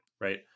right